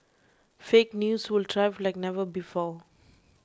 fake news will thrive like never before